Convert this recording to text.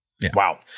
Wow